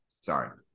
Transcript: sorry